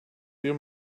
your